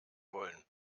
wollen